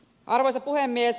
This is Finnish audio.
arvoisa puhemies